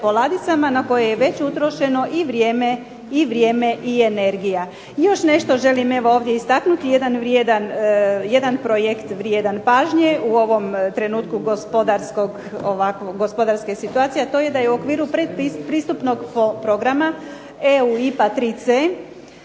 na koje je već utrošeno i vrijeme i energija. Još nešto želim evo ovdje istaknuti, jedan projekt vrijedan pažnje, u ovom trenutku gospodarske situacije, a to je da je u okviru predpristupnog programa EU IPA 3C